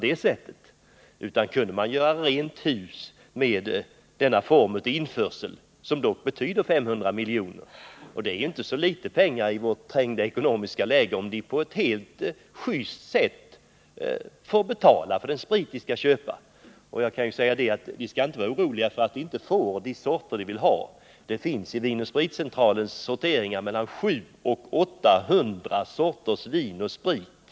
Denna fria införsel betyder ett inkomstbortfall på 500 milj.kr., och det är inte så litet pengar i vårt trängda ekonomiska läge. Jag tycker alltså att människor skall betala fullt pris på den sprit de vill köpa på båtar och flygplan. De skall inte heller vara oroliga för att de inte på Systembolagets butiker kan köpa den eller de sorter de vill ha. I Vin & Spritcentralens sortering finns mellan 700 och 800 sorter vin och sprit.